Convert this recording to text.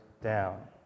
down